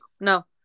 No